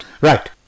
Right